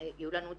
ויהיו לנו את